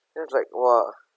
then it's like !wah!